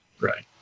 Right